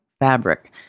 fabric